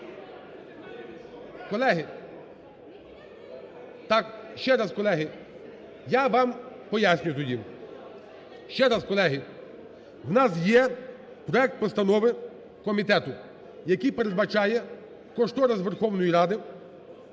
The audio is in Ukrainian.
Колеги! Ще раз, колеги, я вам пояснюю тоді. Ще раз, колеги. У нас є проект постанови комітету, який передбачає кошторис Верховної Ради,